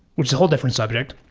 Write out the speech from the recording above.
which is a whole different subject.